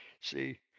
See